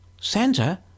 Santa